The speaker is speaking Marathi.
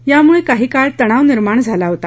यामुळे काही वेळ तणाव निर्माण झाला होता